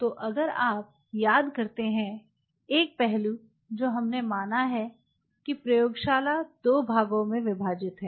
तो अगर आप याद करते हैं एक पहलू जो हमने माना है कि प्रयोगशाला 2 भागों में विभाजित है